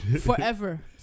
Forever